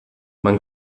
man